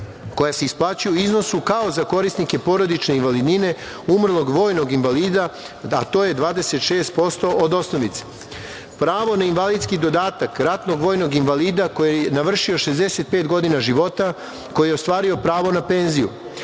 koja se isplaćuje u iznosu kao za korisnike porodične invalidnine umrlog vojnog invalida, a to je 26% od osnovice. Pravo na invalidski dodatak ratnog vojnog invalida koji je navršio 65 godina života, koji je ostvario pravo na penziju